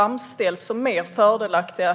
Det ska vi fortsätta med.